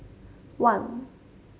one